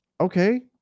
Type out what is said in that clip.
Okay